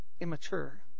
Immature